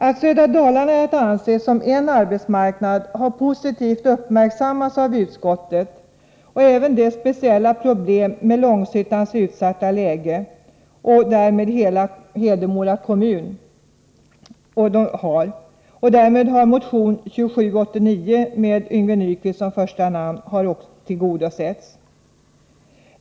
Att södra Dalarna är att anse som en arbetsmarknad, har positivt uppmärksammats av utskottet och även de speciella problem som hela Hedemora kommun har med Långshyttans utsatta läge. Därmed har motion 2789 med Yngve Nyquist som första namn tillgodosetts.